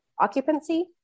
occupancy